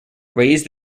razed